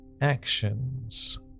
actions